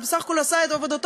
אז בסך הכול הוא עשה את עבודתו,